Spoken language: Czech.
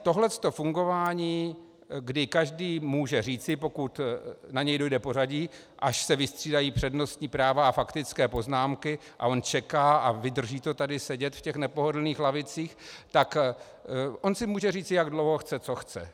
Tohle to fungování, kdy každý může říci, pokud na něj dojde pořadí, až se vystřídají přednostní práva a faktické poznámky, a on čeká a vydrží to tady sedět v těch nepohodlných lavicích, tak on si může říct, jak dlouho chce co chce.